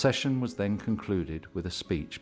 session was then concluded with a speech